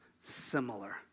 similar